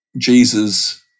Jesus